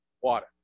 water